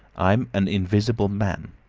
i'm an invisible man.